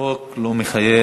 החוק לא מחייב